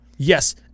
Yes